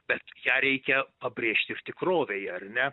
bet ją reikia pabrėžt ir tikrovėje ar ne